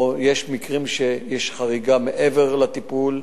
או יש מקרים שיש חריגה מעבר לטיפול,